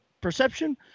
perception